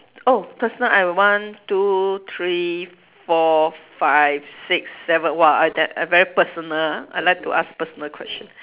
oh personal I one two three four five six seven !wah! I tha~ I very personal ah I like to ask personal question